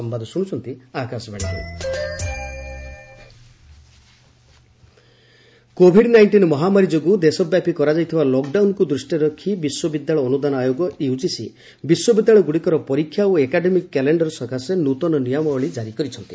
UGC ନିୟମାବଳୀ Covid nineteen ମହାମାରୀ ଯୋଗୁଁ ଦେଶବ୍ୟାପୀ କରାଯାଇଥିବା ଲକଡାଉନକୁ ଦୃଷ୍ଟିରେ ରଖି ବିଶ୍ୱବିଦ୍ୟାଳୟ ଅନୁଦାନ ଆୟୋଗ ୟୁଜିସି ବିଶ୍ୱବିଦ୍ୟାଳୟଗୁଡ଼ିକର ପରୀକ୍ଷା ଓ ଏକାଡେମୀକ୍ କ୍ୟାଲେଶ୍ଡର ସକାଶେ ନୂତନ ନିୟମାବଳୀ କାରି କରିଛନ୍ତି